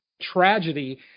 tragedy